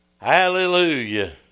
hallelujah